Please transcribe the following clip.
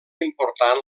important